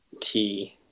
key